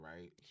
right